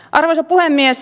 arvoisa puhemies